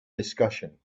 discussion